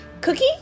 Cookie